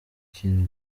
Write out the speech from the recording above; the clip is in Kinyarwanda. ikintu